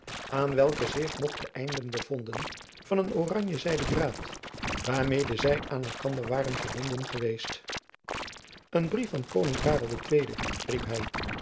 aan welke zich nog de einden bevonden van een oranje zijden draad waarmede zy aan elkander waren gebonden geweest een brief van koning karel ii riep hy